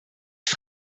ich